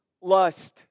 Lust